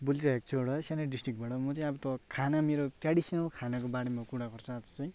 बोलिरहेको छु एउटा सानो डिस्ट्रिकबाट म चाहिँ अब त खाना मेरो ट्रेडिसनल खानाको बारेमा कुरा गर्छु आज चाहिँ